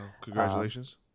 Congratulations